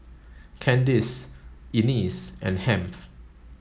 Candyce Ennis and Hamp